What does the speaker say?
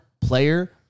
player